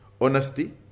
honesty